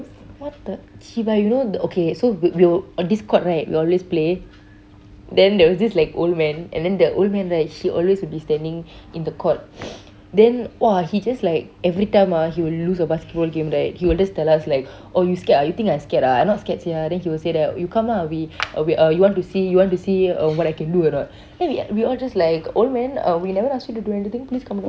what the okay but you know okay so we will on this court right we always play then there was this like old man and then that old man right he always will be standing in the court then !wah! he just like every time ah eh will lose a basketball game right he will just tell us like oh you scared ah you think I scared ah I not scared sia then he will say that you come ah we we uh you want to see what I can do or not then we we all just like old man uh we never ask you to do anything please calm down